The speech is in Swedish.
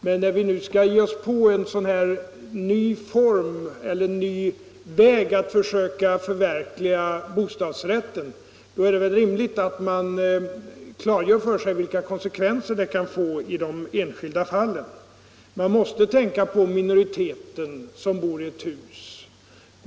Men när vi skall ge oss in på en sådan här ny väg att försöka förverkliga bostadsrätten är det rimligt att vi klargör för oss vilka konsekvenser det kan få i de enskilda fallen. Man måste tänka även på minoriteten i ett hus.